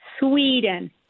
Sweden